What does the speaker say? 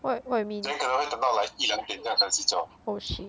what what you mean oh shit